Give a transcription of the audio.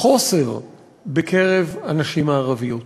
חסר בקרב הנשים הערביות